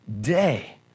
day